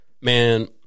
man